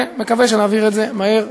ומקווה שנעביר את זה מהר,